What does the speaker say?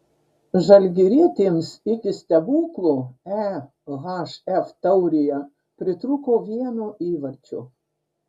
žalgirietėms iki stebuklo ehf taurėje pritrūko vieno įvarčio